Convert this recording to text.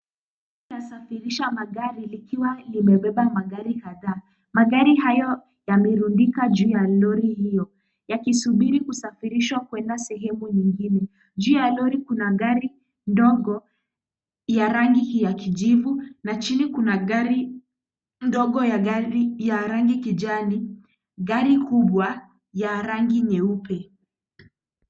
Safirisha magari likiwa limebeba magari kadhaa. Magari hayo yamerundika juu ya lori hilo, yakisubiri kusafirishwa kuenda sehemu nyingine. Juu ya lori kuna gari ndogo ya rangi ya kijivu na chini kuna gari ndogo ya gari ya rangi kijani, gari kubwa ya rangi nyeupe.